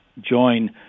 join